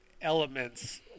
elements